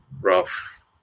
rough